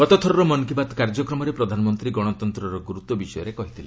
ଗତ ଥରର ମନ୍ କି ବାତ୍ କାର୍ଯ୍ୟକ୍ରମରେ ପ୍ରଧାନମନ୍ତ୍ରୀ ଗୁରୁତ୍ୱ ବିଷୟରେ କହିଥିଲେ